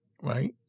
right